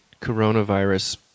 coronavirus